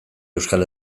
euskal